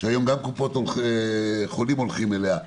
שהיום גם קופות החולים הולכים אליה,